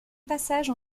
passage